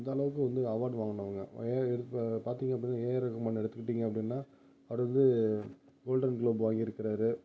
அந்த அளவுக்கு வந்து அவார்டு வாங்குனவங்க நிறையா இருக்கு பார்த்திங்க அப்படினா ஏஆர் ரகுமான் எடுத்துக்கிட்டிங்க அப்படினா அவர் வந்து கோல்டன் கிளப் வாங்கிருக்குறார்